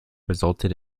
resulted